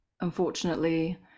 Unfortunately